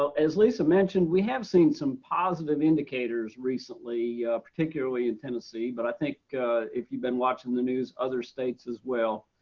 so as lisa mentioned we have seen some positive indicators recently particularly in tennessee but i think if you've been watching the news other states as well,